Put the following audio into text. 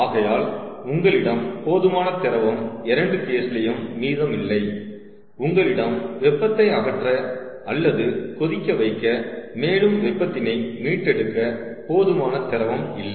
ஆகையால் உங்களிடம் போதுமான திரவம் இரண்டு கேஸ்லயும் மீதம் இல்லை உங்களிடம் வெப்பத்தை அகற்ற அல்லது கொதிக்க வைக்க மேலும் வெப்பத்தினை மீட்டெடுக்க போதுமான திரவம் இல்லை